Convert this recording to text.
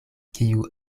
kiu